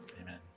amen